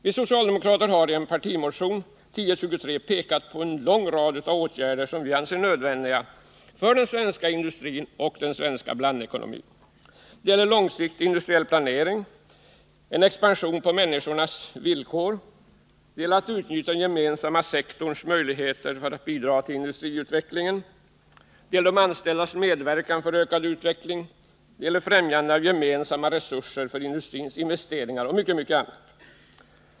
Vi socialdemokrater har i vår partimotion 1023 pekat på en lång rad åtgärder som vi anser nödvändiga för den svenska industrin och den svenska blandekonomin. Det gäller långsiktig industriell planering, en expansion på människornas villkor, utnyttjande av den gemensamma sektorns möjligheter att bidra till industriutvecklingen, de anställdas medverkan för ökad utveckling, främjande av gemensamma resurser för industrins investeringar och mycket annat.